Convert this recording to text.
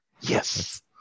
Yes